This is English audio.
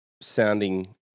sounding